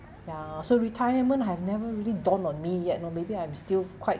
ya so retirement have never really dawn on me yet or maybe I'm still quite